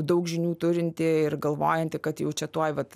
daug žinių turinti ir galvojanti kad jau čia tuoj vat